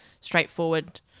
straightforward